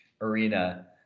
arena